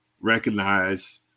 recognize